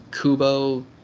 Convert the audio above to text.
Kubo